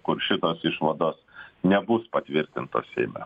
kur šitos išvados nebus patvirtintos seime